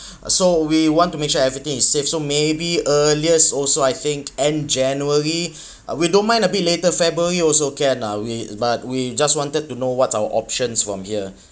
so we want to make sure everything is safe so maybe earliest also I think end january uh we don't mind a bit later february also can uh we but we just wanted to know what's our options from here